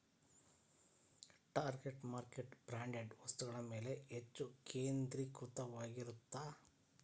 target market branded ವಸ್ತುಗಳ ಮ್ಯಾಲೆ ಹೆಚ್ಚ್ ಕೇಂದ್ರೇಕೃತವಾಗಿರತ್ತ